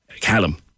Callum